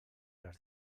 les